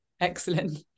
Excellent